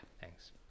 thanks